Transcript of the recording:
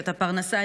את הפרנסה,